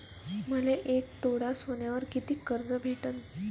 मले एक तोळा सोन्यावर कितीक कर्ज भेटन?